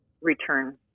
return